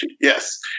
Yes